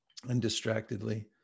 undistractedly